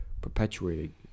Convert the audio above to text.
perpetuating